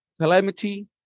calamity